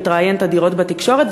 שמתראיין תדיר בתקשורת,